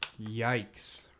Yikes